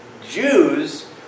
Jews